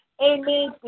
Amen